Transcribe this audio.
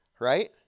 right